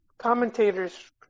commentators